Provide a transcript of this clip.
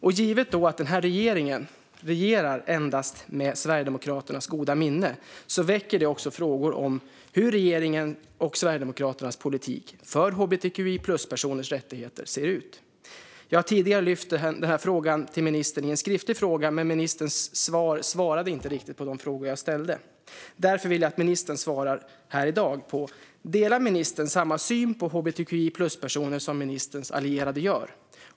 Givet att denna regering regerar endast med Sverigedemokraternas goda minne väcker det också frågor om hur regeringens och Sverigedemokraternas politik för hbtqi-plus-personers rättigheter ser ut. Jag har tidigare fört fram denna fråga till ministern i en skriftlig fråga, men ministern svarade då inte riktigt på de frågor som jag ställde. Därför vill jag att ministern svarar här i dag. Delar ministern samma syn på hbtqi-plus-personer som ministerns allierade gör?